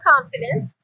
Confidence